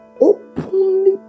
openly